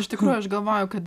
iš tikrųjų aš galvoju kad